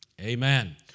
amen